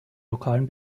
lokalen